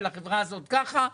ולחברה הזאת ככה,